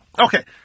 okay